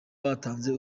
batanze